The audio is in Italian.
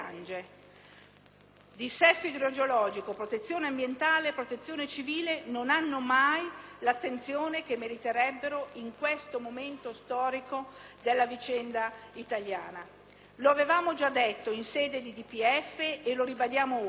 Dissesto idrogeologico, protezione ambientale, protezione civile non ricevono mai l'attenzione che meriterebbero in questo momento storico della vicenda italiana. Lo avevamo già detto in sede di esame del DPEF e lo ribadiamo ora